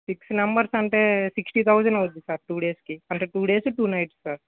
six members అంటే sixty thousand అవుతుంది sir two days కి అంటే two days two nights sir